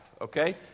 okay